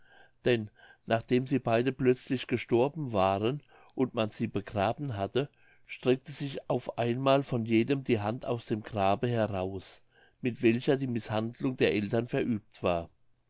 denn nachdem sie beide plötzlich gestorben waren und man sie begraben hatte streckte sich auf einmal von jedem die hand aus dem grabe heraus mit welcher die mißhandlung der eltern verübt war